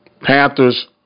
Panthers